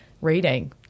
reading